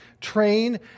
train